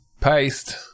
Paste